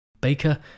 Baker